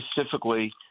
specifically